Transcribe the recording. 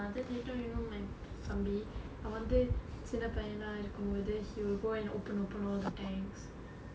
ah then later you know my தம்பி அவன் வந்து சின்ன பையனா இருக்கும் போது:thambi avan vanthu chinna payanaa irukkum pothu then he will go and open open all the tanks